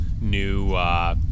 new